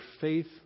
faith